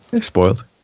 Spoiled